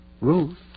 Ruth